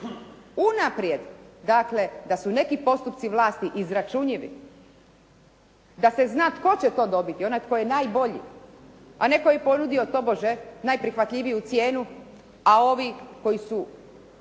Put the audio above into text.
unaprijed dakle da su neki postupci vlasti izračunjivi, da se zna tko će to dobiti, onaj tko je najbolji, a ne koji je ponudio tobože najprihvatljiviju cijenu, a ovi koji su